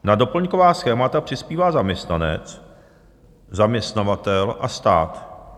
Na doplňková schémata přispívá zaměstnanec, zaměstnavatel a stát.